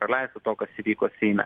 praleisti to kas įvyko seime